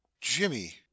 Jimmy